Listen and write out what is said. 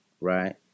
right